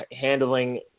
handling